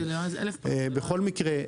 בכל מקרה,